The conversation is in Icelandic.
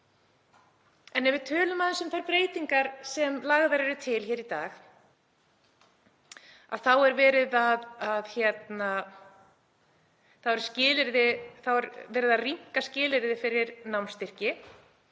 En ef við tölum aðeins um þær breytingar sem lagðar eru til hér í dag þá er verið að rýmka skilyrði fyrir námsstyrki